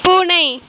பூனை